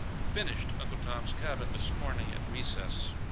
finished uncle tom's cabin this morning at recess.